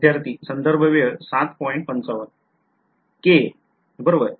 k बरोबर